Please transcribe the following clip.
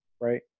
right